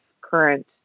current